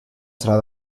sala